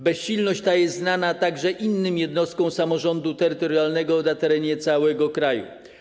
Bezsilność ta jest znana także innym jednostkom samorządu terytorialnego na terenie całego kraju.